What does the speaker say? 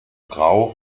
grau